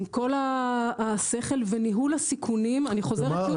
עם כל השכל וניהול הסיכונים אני חוזרת שוב